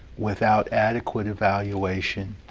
without adequate evaluation.